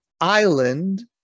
island